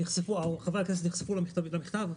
חברי הכנסת נחשפו למכתב?